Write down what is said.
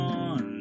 on